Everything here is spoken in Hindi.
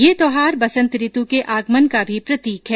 ये त्योहार बसंत ऋतु के आगमन का भी प्रतीक है